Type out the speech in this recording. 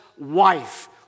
wife